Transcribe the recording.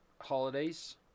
holidays